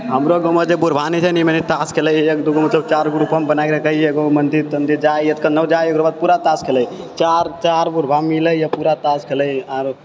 हमरो गाँवमे जे बुढ़बानी छै ने मने तास खेलै छै एक दूगो मतलब चारि ग्रुपोमे बनाइ रखै हय एगोमे मन्दिर तन्दिर जाइ हय तऽ केन्नो जाइ हय एकरो बाद पूरा तास खेलै हय चारि चारि बुढ़बा मिलै हय पूरा तास खेलै हय आरो